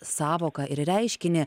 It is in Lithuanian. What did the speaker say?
sąvoką ir reiškinį